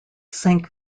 sank